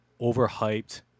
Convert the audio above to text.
Overhyped